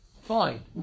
fine